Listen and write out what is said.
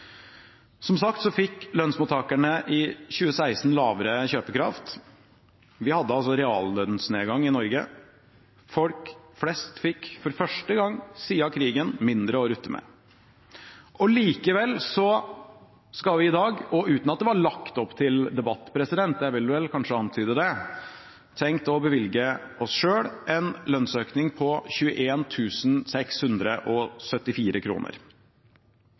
Som sagt fikk lønnsmottakerne i 2016 lavere kjøpekraft. Vi hadde reallønnsnedgang i Norge. Folk flest fikk for første gang siden krigen mindre å rutte med. Likevel har vi i dag – uten at det var lagt opp til debatt, jeg vil vel kanskje antyde det – tenkt å bevilge oss selv en lønnsøkning på 21 674